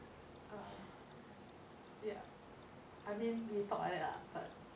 err ya I mean we talk like that lah but